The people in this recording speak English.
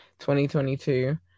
2022